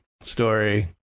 story